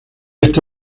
este